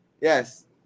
Yes